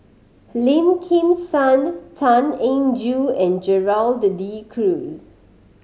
Lim Kim San Tan Eng Joo and Gerald De Cruz